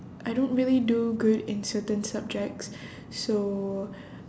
I don't really do good in certain subjects so